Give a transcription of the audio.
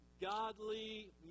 godly